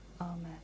Amen